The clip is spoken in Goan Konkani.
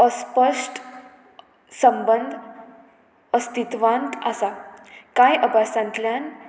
अस्पश्ट संबंद अस्तित्वांत आसा कांय अभ्यासांतल्यान